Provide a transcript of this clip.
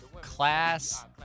Class